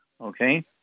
Okay